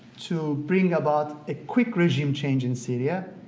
to bring about a quick regime change in syria,